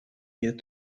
mir